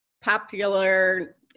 popular